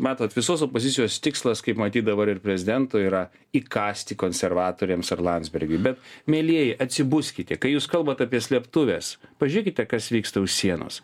matot visos opozicijos tikslas kaip matyt dabar ir prezidento yra įkąsti konservatoriams ar landsbergiui bet mielieji atsibuskite kai jūs kalbat apie slėptuves pažiūrėkite kas vyksta už sienos